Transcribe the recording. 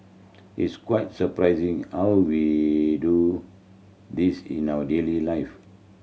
it's quite surprising how we do this in our daily life